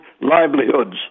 livelihoods